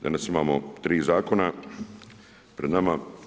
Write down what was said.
Danas imamo 3 zakona pred nama.